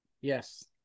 yes